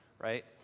right